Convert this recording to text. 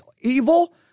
evil